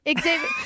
Xavier